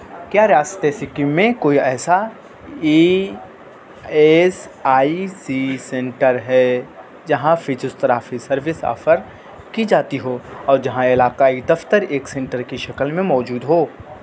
کیا ریاستِ سکم میں کوئی ایسا E S I C centre ہے جہاں فزیزتھرافی سروس آفر کی جاتی ہو اور جہاں علاقائی دفتر ایک سنٹر کی شکل میں موجود ہو